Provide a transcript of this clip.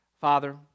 Father